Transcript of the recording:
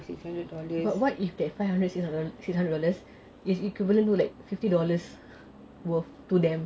but what if that four hundred six hundred dollars is equivalent to like fifty dollars worth to them